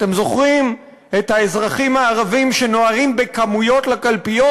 אתם זוכרים את האזרחים הערבים שנוהרים בכמויות לקלפיות,